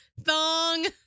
thong